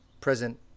present